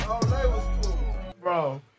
bro